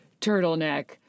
turtleneck